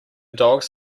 dogs